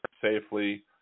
safely